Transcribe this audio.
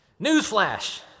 Newsflash